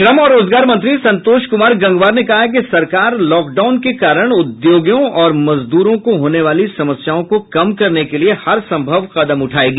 श्रम और रोजगार मंत्री संतोष कुमार गंगवार ने कहा है कि सरकार लॉकडाउन के कारण उद्योगों और मजदूरों को होने वाली समस्याओं को कम करने के लिए हरसंभव कदम उठायेगी